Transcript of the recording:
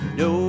no